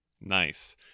nice